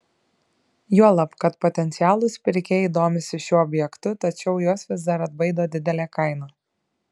juolab kad potencialūs pirkėjai domisi šiuo objektu tačiau juos vis dar atbaido didelė kaina